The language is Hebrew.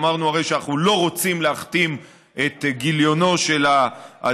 אמרנו הרי שאנחנו לא רוצים להכתים את גיליונו של האדם,